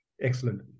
Excellent